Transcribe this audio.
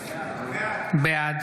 בעד